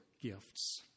gifts